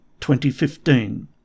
2015